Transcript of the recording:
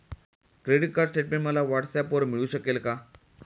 Credit card statement मला व्हॉट्सऍपवर मिळू शकेल का?